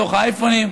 בתוך האייפונים,